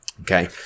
okay